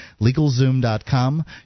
LegalZoom.com